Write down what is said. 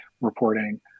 reporting